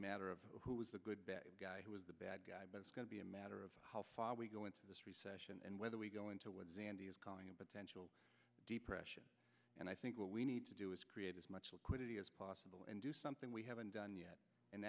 matter of who was the good guy who was the bad guy but it's going to be a matter of how far we go into this recession and whether we go into woods and he is calling a potential depression and i think what we need to do is create as much liquidity as possible and do something we haven't done yet and